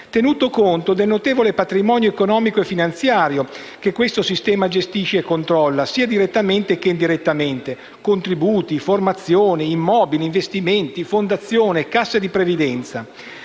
tenuto conto del notevole patrimonio economico e finanziario che questo sistema gestisce e controlla, sia direttamente che indirettamente (contributi, formazione, immobili, investimenti, fondazioni, casse di previdenza).